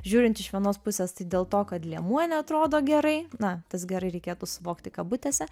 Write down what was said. žiūrint iš vienos pusės tai dėl to kad liemuo neatrodo gerai na tas gerai reikėtų suvokti kabutėse